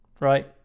right